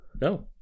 no